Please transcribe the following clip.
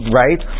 right